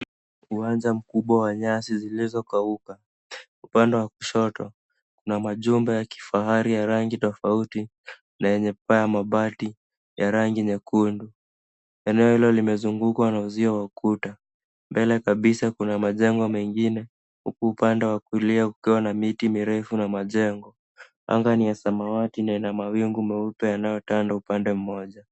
Uwanja mkubwa wa nyasi zilizokauka upande wa kushoto na majumba ya kifahari ya rangi tofauti na yenye paa ya mabati ya rangi nyekundu. Eneo hilo limezungukwa na uzio wa ukuta. Mbele kabisa kuna majengo mengine huku upande wa kulia kukiwa na miti mirefu na majengo. Anga ni ya samawati na ina mawingu meupe yanayotanda upande mmoja.